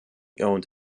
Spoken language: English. owned